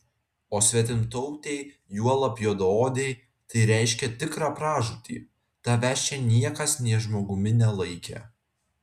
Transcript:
o svetimtautei juolab juodaodei tai reiškė tikrą pražūtį tavęs čia niekas nė žmogumi nelaikė